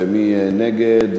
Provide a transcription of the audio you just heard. מי בעד להעביר את זה ומי נגד,